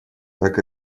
так